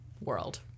world